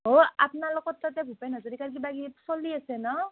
অঁ আপোনালোকৰ তাতে ভূপেন হাজৰিকাৰ কিবা গীত চলি আছে ন